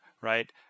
right